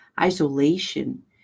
Isolation